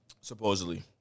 supposedly